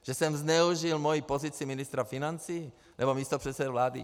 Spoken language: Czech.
Že jsem zneužil moji pozici ministra financí nebo místopředsedy vlády?